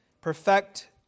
perfect